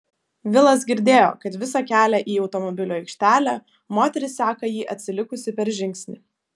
vilas girdėjo kad visą kelią į automobilių aikštelę moteris seka jį atsilikusi per žingsnį